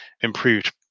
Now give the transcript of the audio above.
improved